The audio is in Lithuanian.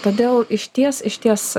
todėl išties išties